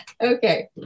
Okay